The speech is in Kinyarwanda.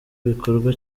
bikorwa